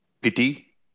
pity